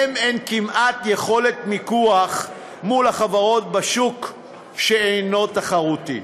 שלהם אין כמעט יכולת מיקוח מול החברות בשוק שאינו תחרותי.